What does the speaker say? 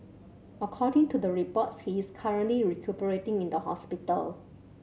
according to the reports he is currently recuperating in the hospital